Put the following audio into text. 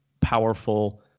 powerful